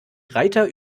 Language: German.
reiter